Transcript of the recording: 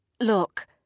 Look